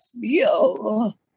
feel